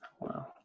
Wow